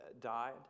died